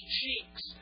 cheeks